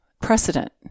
precedent